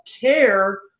care